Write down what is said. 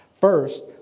First